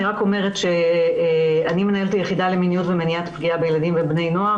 אני רק אומרת שאני מנהלת היחידה למיניות ומניעת פגיעה בילדים ובני נוער.